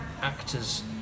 actors